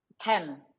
Ten